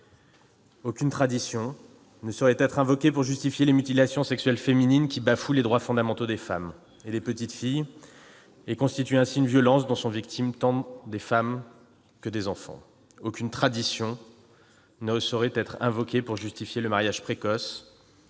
Aucune tradition ne saurait être invoquée pour justifier les mutilations sexuelles féminines qui bafouent les droits fondamentaux des femmes et des petites filles et constituent une violence dont sont victimes tant des femmes que des enfants. Aucune tradition ne saurait être invoquée pour justifier le mariage précoce,